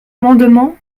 amendement